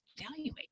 evaluate